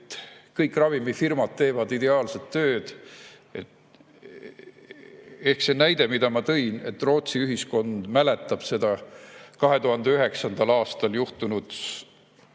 kõik ravimifirmad teevad ideaalset tööd. Ehk see näide, mille ma tõin, et Rootsi ühiskond mäletab seda 2009. aastal juhtunud